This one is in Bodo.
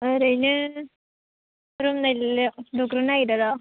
ओरैनो रुम मोननैल' लुग्रोनो नागिरदों र'